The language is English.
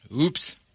Oops